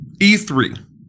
E3